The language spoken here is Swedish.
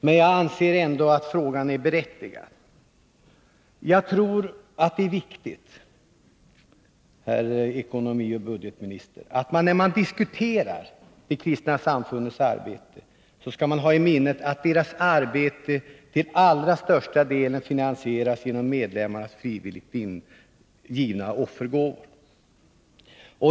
Men jag anser ändå att frågan är berättigad. Jag tror att det är viktigt, herr ekonomioch budgetminister, att man, när man diskuterar de kristna samfundens arbete, har i minnet att deras arbete till allra största delen finansieras genom medlemmarnas frivilligt givna offergåvor.